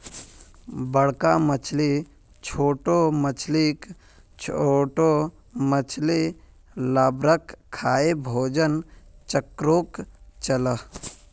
बड़का मछली छोटो मछलीक, छोटो मछली लार्वाक खाएं भोजन चक्रोक चलः